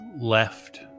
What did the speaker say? left